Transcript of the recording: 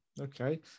Okay